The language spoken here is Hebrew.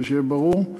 כדי שיהיה ברור.